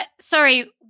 sorry